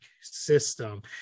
system